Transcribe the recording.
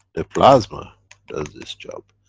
the plasma does this job.